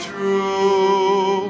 True